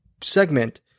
segment